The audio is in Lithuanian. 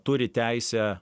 turi teisę